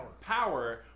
power